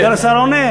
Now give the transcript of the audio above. סגן השר עונה.